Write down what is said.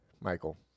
Michael